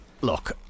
look